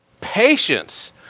Patience